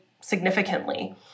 significantly